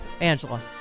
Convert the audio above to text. Angela